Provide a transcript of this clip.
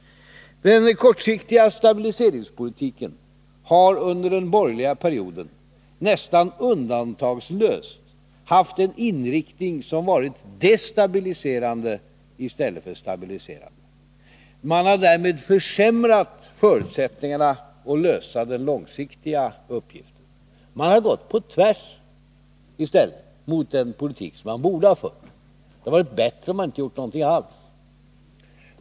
Den kortsiktiga stabiliseringspolitiken har under den borgerliga perioden nästan undantagslöst haft en inriktning som varit destabiliserande i stället för stabiliserande. Man har därmed försämrat förutsättningarna att lösa den långsiktiga uppgiften. Man har gått på tvärs mot den politik som man borde ha fört. Det hade varit bättre om man inte gjort någonting alls.